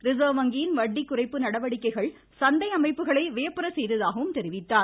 reserve வங்கியின் வட்டி குறைப்பு நடவடிக்கைகள் சந்தை அமைப்புகளை வியப்புற செய்ததாக தெரிவித்தார்